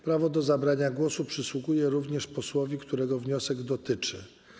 Prawo do zabrania głosu przysługuje również posłowi, którego wniosek dotyczy.